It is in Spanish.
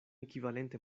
equivalente